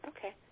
Okay